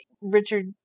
Richard